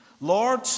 Lord